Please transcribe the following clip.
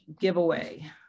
giveaway